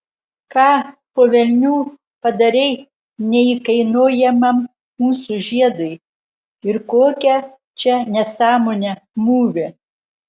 ką po velnių padarei neįkainojamam mūsų žiedui ir kokią čia nesąmonę mūvi